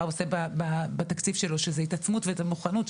עושה בתקציב שלו שזה התעצמות ומוכנות,